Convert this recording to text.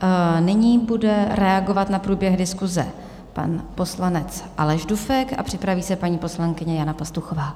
Nyní bude reagovat na průběh diskuse pan poslanec Aleš Dufek a připraví se paní poslankyně Jana Pastuchová.